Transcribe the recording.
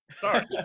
Sorry